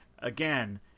again